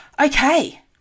Okay